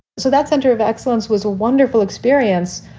so that center of excellence was a wonderful experience.